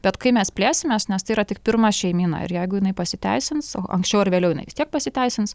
bet kai mes plėsimės nes tai yra tik pirma šeimyna ir jeigu jinai pasiteisins o anksčiau ar vėliau vis tiek pasiteisins